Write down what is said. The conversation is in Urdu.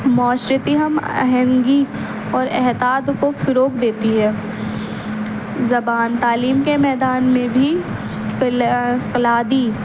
معاشرتی ہم آہنگی اور اتحاد کو فروغ دیتی ہے زبان تعلیم کے میدان میں بھی کلیدی